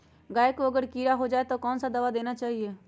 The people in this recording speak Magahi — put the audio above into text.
गाय को अगर कीड़ा हो जाय तो कौन सा दवा देना चाहिए?